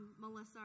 Melissa